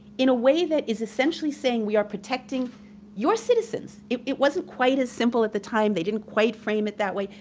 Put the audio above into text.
in a way that is essentially saying we are protecting your citizens. it it wasn't quite as simple at the time, they didn't quite frame it that way,